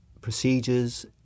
procedures